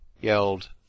yelled